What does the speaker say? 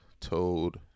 told